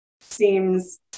seems